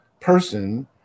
person